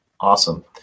Awesome